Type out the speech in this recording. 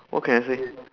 what can I say